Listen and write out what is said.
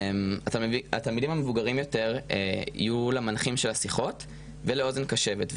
התלמידים המבוגרים יותר יהיו למנחים של השיחות ולאוזן קשבת,